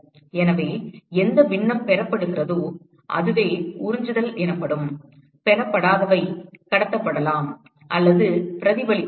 எனவே எந்தப் பின்னம் பெறப்படுகிறதோ அதுவே உறிஞ்சுதல் எனப்படும் பெறப்படாதவை கடத்தப்படலாம் அல்லது பிரதிபலிக்கலாம்